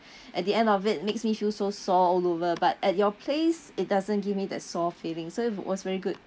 at the end of it makes me feel so sore all over but at your place it doesn't give me that sore feeling so it was very good